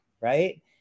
right